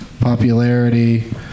popularity